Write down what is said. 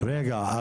רגע,